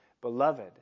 Beloved